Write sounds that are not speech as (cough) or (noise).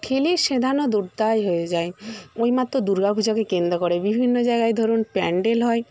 ঠেলে (unintelligible) দুর্দায় হয়ে যায় ওই মাত্র দুর্গা পুজোকে কেন্দ্র করে বিভিন্ন জায়গায় ধরুন প্যান্ডেল হয়